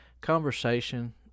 conversation